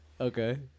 Okay